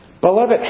Beloved